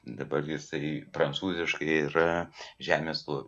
dabar jisai prancūziškai yra žemė su